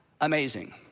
amazing